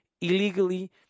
illegally